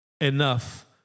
enough